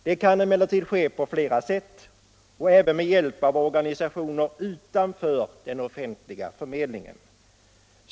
Det kan emellertid ske på flera sätt, även med hjälp av organisationer utanför den offentliga förmedlingen.